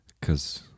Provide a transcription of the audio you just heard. Because-